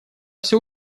все